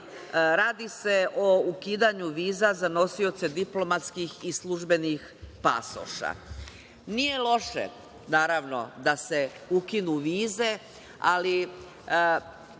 Radi se o ukidanju viza za nosioce diplomatskih i službenih pasoša. Nije loše da se ukinu vize, ali